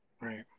right